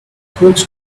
crooks